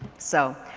so